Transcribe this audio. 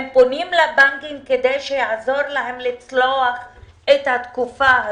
הם פונים לבנקים שיעזרו להם לצלוח את התקופה הזאת.